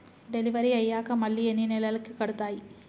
Delivery అయ్యాక మళ్ళీ ఎన్ని నెలలకి కడుతాయి?